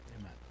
Amen